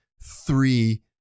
three